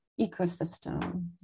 ecosystem